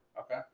Okay